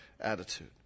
attitude